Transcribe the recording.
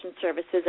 services